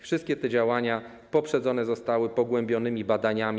Wszystkie te działania poprzedzone zostały pogłębionymi badaniami.